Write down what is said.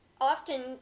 often